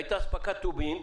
שהייתה אספקת טובין,